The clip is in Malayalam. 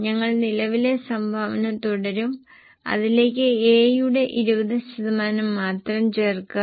ഞങ്ങൾ നിലവിലെ സംഭാവന തുടരും അതിലേക്ക് A യുടെ 20 ശതമാനം മാത്രം ചേർക്കുക